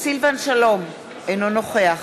סילבן שלום, אינו נוכח